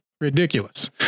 ridiculous